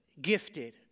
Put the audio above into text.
gifted